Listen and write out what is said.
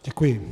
Děkuji.